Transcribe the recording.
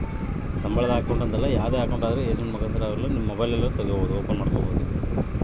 ನಾವು ಸಂಬುಳುದ್ ಅಕೌಂಟ್ನ ಆನ್ಲೈನ್ನಾಗೆ ಏಜೆಂಟ್ ಹೆಲ್ಪ್ ತಾಂಡು ತಗೀಬೋದು